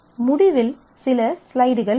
முடிவில் சில ஸ்லைடுகள் உள்ளன